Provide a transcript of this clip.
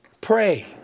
pray